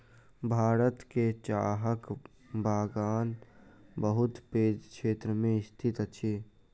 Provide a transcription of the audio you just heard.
भारत में चाहक बगान बहुत पैघ क्षेत्र में स्थित अछि